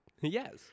Yes